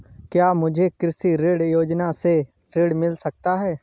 क्या मुझे कृषि ऋण योजना से ऋण मिल सकता है?